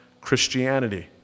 Christianity